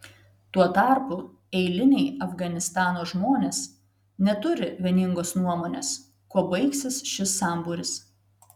tuo tarpu eiliniai afganistano žmonės neturi vieningos nuomonės kuo baigsis šis sambūris